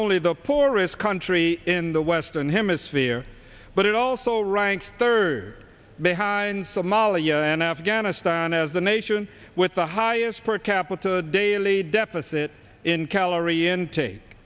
only the poorest country in the western hemisphere but it also ranks third behind somalia and afghanistan as a nation with the highest per capita daily deficit in calorie intake